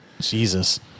Jesus